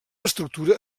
estructura